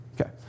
Okay